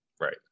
right